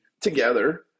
together